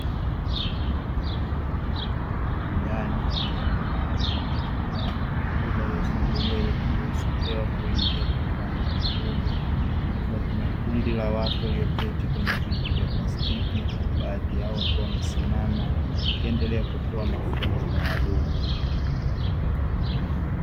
Ndani ya jengo maalum lenye milango mikubwa iliyofunguliwa ili kuruhusu hewa kuingia kwa kiasi kikubwa, kuna kundi la watu walioketi kwenye viti vya plastiki huku baadhi yao wakiwa wamesimama wakiendelea kutoa mafunzo maalum.